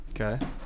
Okay